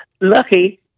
lucky